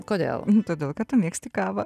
kodėl todėl kad tu mėgsti kavą